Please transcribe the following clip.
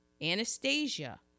Anastasia